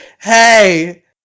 Hey